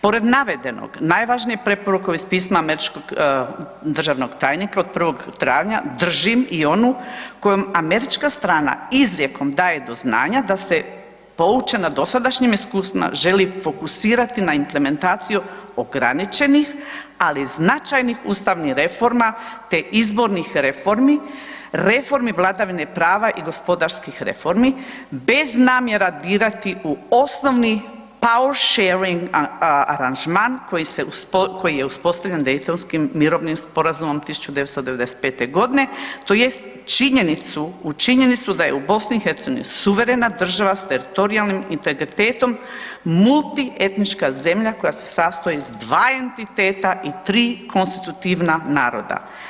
Pored navedenog najvažnije preporuke iz pisma američkog državnog tajnika od 1. travnja držim i onu kojom američka strana izrijekom daje do znanja da poučena na dosadašnjem iskustvu želi fokusirati na implementaciju ograničenih ali značajnih ustavnih reforma te izbornih reformi, reformi vladavine prava i gospodarskih reformi bez namjera dirati u osnovni pau sharing aranžman koji se je uspostavljen Dejtonskim mirovnim sporazumom 1995. godine tj. činjenicu, u činjenicu da je u Bosni i Hercegovini suverena država s teritorijalnim integritetom multietnička zemlja koja se sastoji sa dva entiteta i tri konstitutivna naroda.